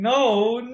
No